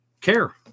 care